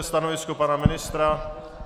Stanovisko pana ministra?